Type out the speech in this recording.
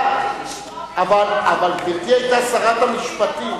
גברתי היתה שרת המשפטים.